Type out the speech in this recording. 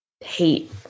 hate